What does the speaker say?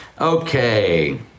Okay